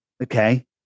Okay